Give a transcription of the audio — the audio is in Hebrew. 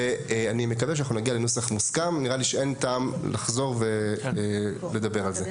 זה סיפור שלא